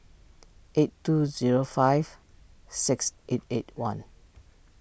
eight two zero five six eight eight one